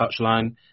Touchline